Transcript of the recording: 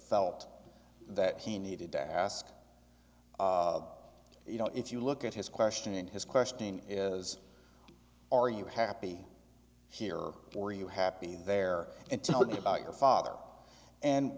felt that he needed to ask you know if you look at his question in his question is are you happy here or are you happy there and tell me about your father and